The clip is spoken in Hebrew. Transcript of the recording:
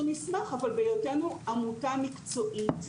אנחנו נשמח, אבל בהיותנו עמותה מקצועית,